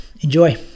enjoy